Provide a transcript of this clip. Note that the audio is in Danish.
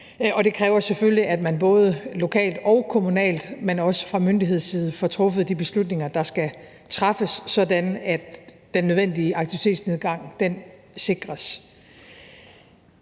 det kræver selvfølgelig, at man både lokalt, kommunalt og fra myndighedsside får truffet de beslutninger, der skal træffes, sådan at den nødvendige aktivitetsnedgang sikres.